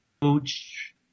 coach